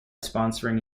sponsoring